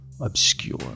Obscure